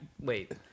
Wait